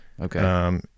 Okay